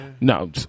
No